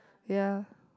ya